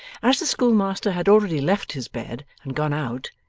as the schoolmaster had already left his bed and gone out,